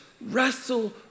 wrestle